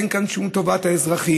אין כאן שום טובת האזרחים.